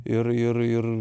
ir ir ir